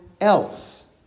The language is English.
else